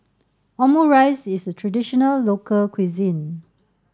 Omurice is traditional local cuisine